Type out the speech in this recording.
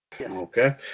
Okay